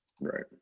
Right